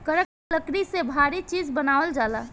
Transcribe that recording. करक लकड़ी से भारी चीज़ बनावल जाला